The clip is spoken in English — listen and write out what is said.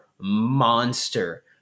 monster